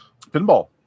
Pinball